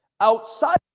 Outside